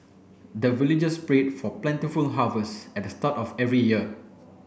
the villagers pray for plentiful harvest at the start of every year